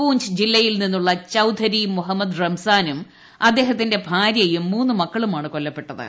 പൂഞ്ച് ജില്ലയിൽ നിന്നുള്ള ചൌധരി മുഹമ്മദ് റംസാനും അദ്ദേഹത്തിന്റെ ഭാര്യയും മൂന്ന് മക്കളുമാണ് കൊല്ലപ്പെട്ടത്